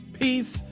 peace